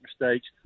mistakes